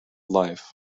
life